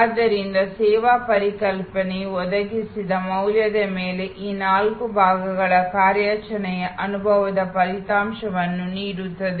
ಆದ್ದರಿಂದ ಸೇವಾ ಪರಿಕಲ್ಪನೆಯು ಒದಗಿಸಿದ ಮೌಲ್ಯದ ಮೇಲೆ ಈ ನಾಲ್ಕು ಭಾಗಗಳ ಕಾರ್ಯಾಚರಣೆಯ ಅನುಭವದ ಫಲಿತಾಂಶವನ್ನು ನೀಡುತ್ತದೆ